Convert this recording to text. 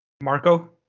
marco